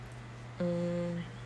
mm